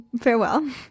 farewell